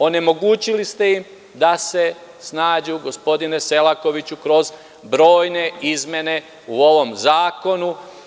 Onemogućili ste im da se snađu, gospodine Selakoviću, kroz brojne izmene u ovom zakonu.